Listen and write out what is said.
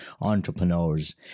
entrepreneurs